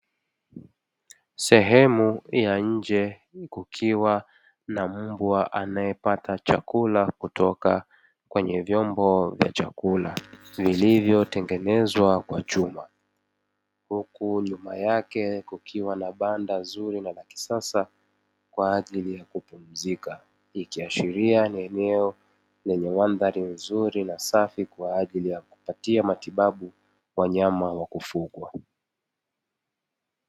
Sehemu ya nje kukiwa na mbwa anayepata chakula kutoka kwenye vyombo vya chakula vilivyotengenezwa kwa chuma, huku nyuma yake kukiwa na banda zuri na la kisasa kwa ajili ya kupumzika; ikiashiria ni eneo lenye mandhari nzuri na safi kwa ajili ya kupatia matibabu wanyama wa kufugwa.